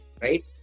right